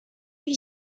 que